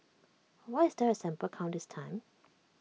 why is there A sample count this time